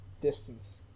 distance